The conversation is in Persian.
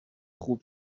خوب